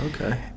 Okay